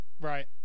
Right